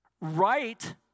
right